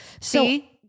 See